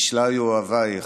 ישליו אהביך.